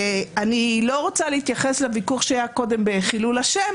אני לא רוצה להתייחס לוויכוח שהיה קודם בחילול השם,